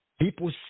People